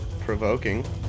provoking